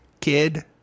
kid